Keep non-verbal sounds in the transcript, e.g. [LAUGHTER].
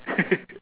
[LAUGHS]